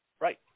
Right